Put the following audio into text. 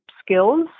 skills